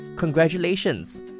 Congratulations